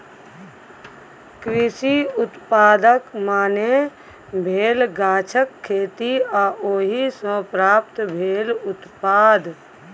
कृषि उत्पादक माने भेल गाछक खेती आ ओहि सँ प्राप्त भेल उत्पाद